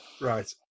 Right